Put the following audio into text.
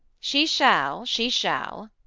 she shall, she shall.